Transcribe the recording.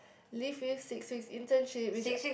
live with six weeks internship which